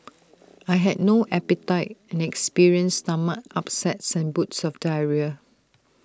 I had no appetite experienced stomach upsets and bouts of diarrhoea